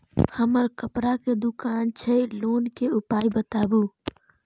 हमर कपड़ा के दुकान छै लोन के उपाय बताबू?